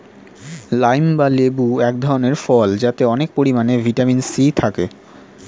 lime বা লেবু এক ধরনের ফল যাতে অনেক পরিমাণে ভিটামিন সি থাকে